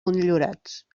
motllurats